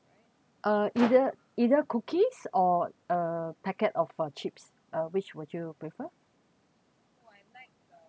uh either either cookies or a packet of a chips uh which would you prefer